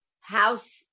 house